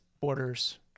borders